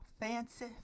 Fancy